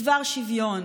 בדבר שוויון,